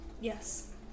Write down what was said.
Yes